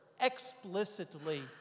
explicitly